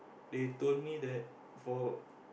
they told me that for